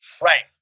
Right